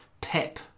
pep